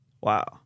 Wow